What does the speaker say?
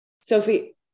Sophie